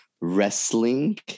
wrestling